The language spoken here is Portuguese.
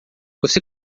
você